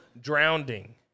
drowning